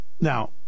Now